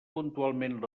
puntualment